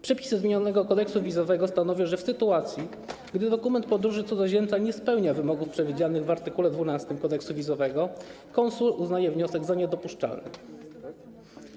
Przepisy zmienionego kodeksu wizowego stanowią, że w sytuacji gdy dokument podróży cudzoziemca nie spełnia wymogów przewidzianych w art. 12 kodeksu wizowego, konsul uznaje wniosek za niedopuszczalny.